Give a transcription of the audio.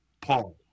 Paul